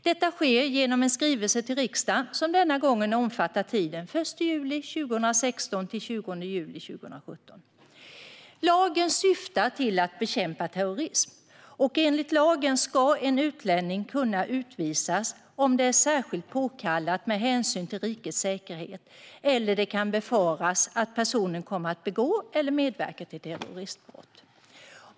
Detta sker genom en skrivelse till riksdagen, som denna gång omfattar tiden mellan den 1 juli 2016 till den 30 juni 2017. Lagen syftar till att bekämpa terrorism, och enligt lagen ska en utlänning kunna utvisas om det är särskilt påkallat med hänsyn till rikets säkerhet eller om det kan befaras att personen kommer att begå eller medverka till terroristbrott.